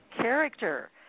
character